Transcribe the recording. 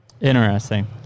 Interesting